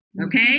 Okay